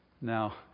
Now